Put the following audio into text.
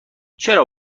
چرا